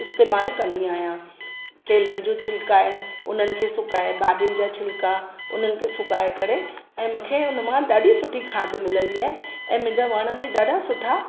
इस्तेमालु कंदी आहियां केलनि जूं छिल्का आहिनि उन्हनि खे सुकाए भाॼियुनि जा छिल्का उन्हनि खे सुकाए करे ऐं मूंखे हुन मां ॾाढी सुठी खाद मिलंदी आहे ऐं मुंहिंजा वण बि ॾाढा सुठा